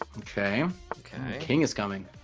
okay okay king is coming